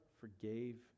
forgave